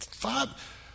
Five